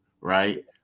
Right